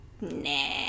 Nah